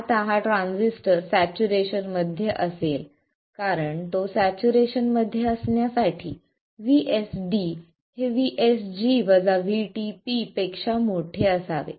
आता हा transistor saturation मध्ये असेल कारण तो सॅच्युरेशन मध्ये असण्यासाठी VSD हे VSG VTP पेक्षा मोठे असावे